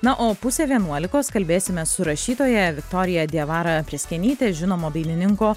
na o pusę vienuolikos kalbėsime su rašytoja viktorija diavara prieskienyte ir žinomo dainininko